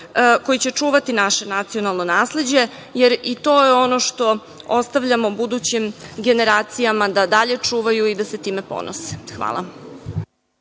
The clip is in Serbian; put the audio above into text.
koji će čuvati naše nacionalno nasleđe, jer i to je ono što ostavljamo budućim generacijama da dalje čuvaju i da se time ponose. Hvala.